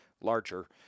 larger